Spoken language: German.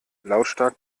lautstark